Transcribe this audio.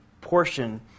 portion